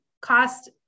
cost